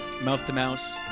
Mouth-to-mouse